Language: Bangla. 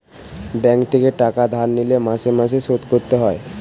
ব্যাঙ্ক থেকে টাকা ধার লিলে মাসে মাসে শোধ করতে হয়